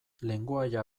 lengoaia